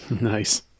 nice